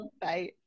Bye